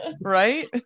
Right